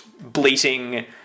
bleating